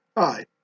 Hi